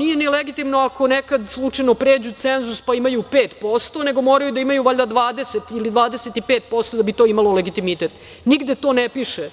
nije ni legitimno ako nekad slučajno pređu cenzus, pa imaju 5% nego moraju da imaju valjda 20% ili 25% da bi to imalo legitimitet. Nigde to ne piše.